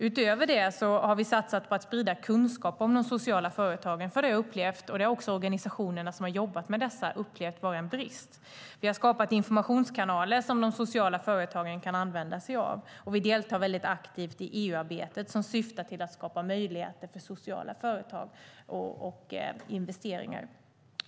Utöver detta har vi satsat på att sprida kunskap om de sociala företagen, för jag och de organisationer som har jobbat med detta har upplevt att det har funnits brister där. Vi har skapat informationskanaler som de sociala företagen kan använda, och vi deltar aktivt i EU-arbetet som syftar till att skapa möjligheter för sociala företag och investeringar.